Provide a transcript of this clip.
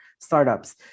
startups